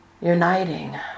uniting